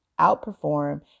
outperform